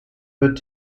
wird